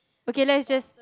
okay let's just